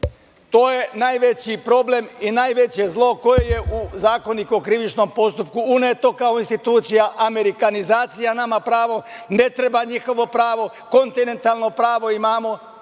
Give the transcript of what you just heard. To je najveći problem i najveće zlo koje je u Zakoniku o krivičnom postupku uneto kao institucija, amerikanizacija. Nama ne treba njihovo pravo, kontinentalno pravo imamo. Imali